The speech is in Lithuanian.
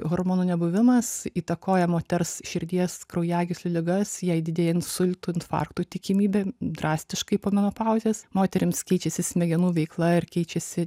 hormonų nebuvimas įtakoja moters širdies kraujagyslių ligas jai didėja insultų infarktų tikimybė drastiškai po menopauzės moterims keičiasi smegenų veikla ir keičiasi